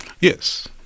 yes